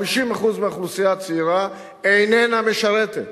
50% מהאוכלוסייה הצעירה איננה משרתת,